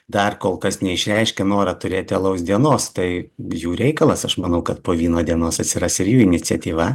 dar kol kas neišreiškė noro turėti alaus dienos tai jų reikalas aš manau kad po vyno dienos atsiras ir jų iniciatyva